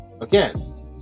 Again